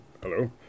Hello